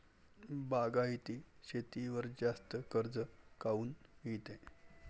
बागायती शेतीवर जास्त कर्ज काऊन मिळते?